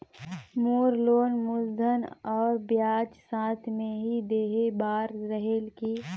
मोर loan मूलधन और ब्याज साथ मे ही देहे बार रेहेल की?